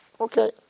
Okay